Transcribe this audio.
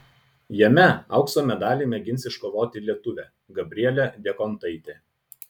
jame aukso medalį mėgins iškovoti lietuvė gabrielė diekontaitė